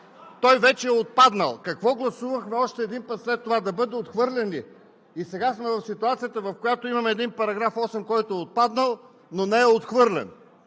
Той вече е отпаднал. Какво гласувахме още един път след това – да бъде отхвърлен ли? Сега сме в ситуацията, в която имаме един § 8, който е отпаднал, но не е отхвърлен.